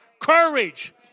courage